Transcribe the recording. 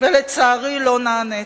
ולצערי, לא נעניתי.